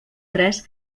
tres